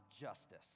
justice